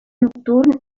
nocturn